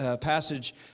passage